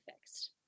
fixed